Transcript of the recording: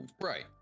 Right